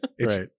Right